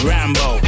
Rambo